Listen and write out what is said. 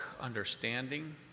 understanding